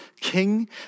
king